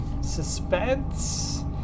suspense